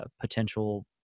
potential